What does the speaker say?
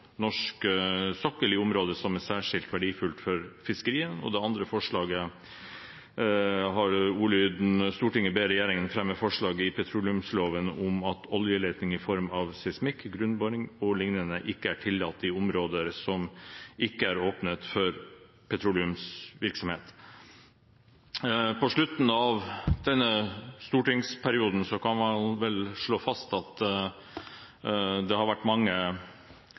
norsk sokkel i områder som er særskilt verdifulle for fiskeriene.» Det andre forslaget har ordlyden: «Stortinget ber regjeringen fremme forslag i petroleumsloven om at oljeleting i form av seismikk, grunne boringer o.l. ikke er tillatt i områder som ikke er åpnet for petroleumsvirksomhet.» På slutten av denne stortingsperioden kan man vel slå fast at det har vært mange